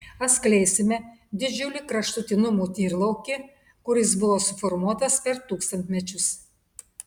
atskleisime didžiulį kraštutinumų tyrlaukį kuris buvo suformuotas per tūkstantmečius